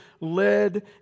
led